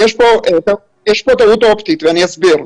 יש כאן טעות אופטית ואני אסביר.